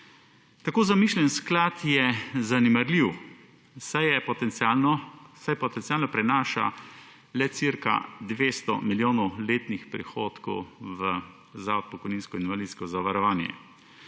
Tako zamišljen sklad je zanemarljiv, saj potencialno prenaša le cca 200 milijonov letnih prihodkov za pokojninsko in invalidsko zavarovanje.